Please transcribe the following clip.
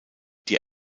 die